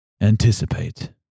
anticipate